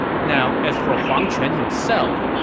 now, as for huang quan himself,